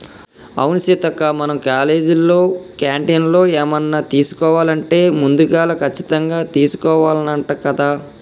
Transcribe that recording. అవును సీతక్క మనం కాలేజీలో క్యాంటీన్లో ఏమన్నా తీసుకోవాలంటే ముందుగాల కచ్చితంగా తీసుకోవాల్నంట కదా